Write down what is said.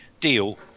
deal